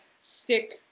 stick